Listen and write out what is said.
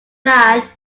that